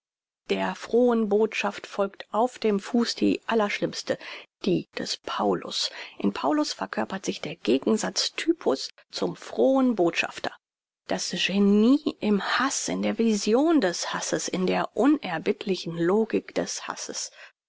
der frohen botschaft folgte auf dem fuß die allerschlimmste die des paulus in paulus verkörpert sich der gegensatz typus zum frohen botschafter das genie im haß in der vision des hasses in der unerbittlichen logik des hasses